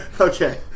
Okay